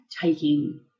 taking